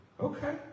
okay